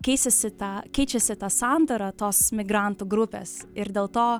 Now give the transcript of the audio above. keisis į tą keičiasi ta sandara tos migrantų grupės ir dėl to